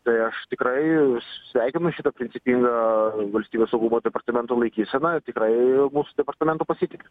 tai aš tikrai sveikinu šitą principingą valstybės saugumo departamento laikyseną tikrai mūsų departamentu pasitikiu